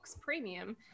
premium